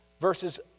Verses